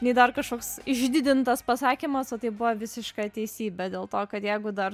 nei dar kažkoks išdidintas pasakymas o tai buvo visiška teisybė dėl to kad jeigu dar